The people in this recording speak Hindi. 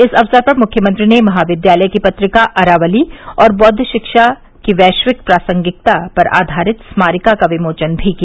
इस अवसर पर मुख्यमंत्री ने महाविद्यालय की पत्रिका अरावली और बौद्व शिक्षा की वैश्विक प्रासंगिकता पर आधारित स्मारिका का विमोचन भी किया